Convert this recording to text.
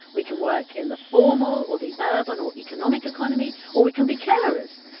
we can work in the formal or the urban or economic economy. or we can be carers.